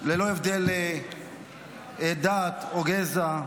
ללא הבדלי דת או גזע,